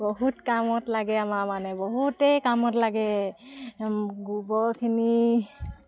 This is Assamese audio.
বহুত কামত লাগে আমাৰ মানে বহুতেই কামত লাগে গোবৰখিনি